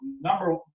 number